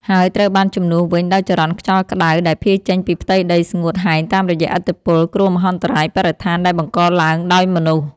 ហើយត្រូវបានជំនួសវិញដោយចរន្តខ្យល់ក្ដៅដែលភាយចេញពីផ្ទៃដីស្ងួតហែងតាមរយៈឥទ្ធិពល គ្រោះមហន្តរាយបរិស្ថានដែលបង្កឡើងដោយមនុស្ស។